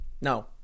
No